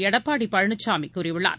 எடப்பாடிபழனிசாமிகூறியுள்ளார்